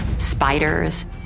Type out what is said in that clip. spiders